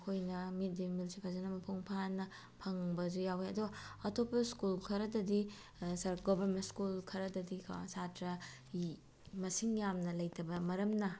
ꯃꯈꯣꯏꯅ mid day ꯃꯤꯜꯁꯤ ꯐꯖꯅ ꯃꯄꯨꯡ ꯐꯥꯅ ꯐꯪꯕꯁꯨ ꯌꯥꯎꯏ ꯑꯗꯣ ꯑꯇꯣꯞꯄ ꯁ꯭ꯀꯨꯜ ꯈꯣꯔꯗꯗꯤ ꯒꯚꯔꯟꯃꯦꯟ ꯁ꯭ꯀꯨꯜ ꯈꯔꯗꯗꯤ ꯀꯣ ꯁꯥꯠꯇ꯭ꯔꯒꯤ ꯃꯁꯤꯡ ꯌꯥꯝꯅ ꯂꯩꯇꯕ ꯃꯔꯝꯅ